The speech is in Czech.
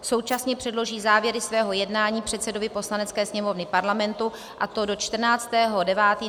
Současně předloží závěry svého jednání předsedovi Poslanecké sněmovny Parlamentu, a to do 14. 9. 2018